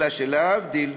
אלא שלהבדיל,